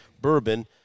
bourbon